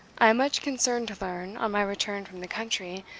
i am much concerned to learn, on my return from the country,